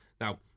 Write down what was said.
now